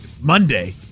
monday